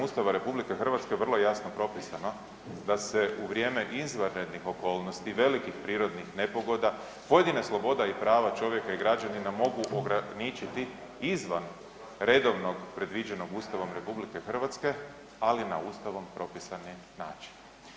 Ustava RH vrlo jasno propisano da se u vrijeme izvanrednih okolnosti velikih prirodnih nepogoda pojedina sloboda i prava čovjeka i građanina mogu ograničiti izvan redovnog predviđenog Ustavom RH, ali na Ustavom propisani način.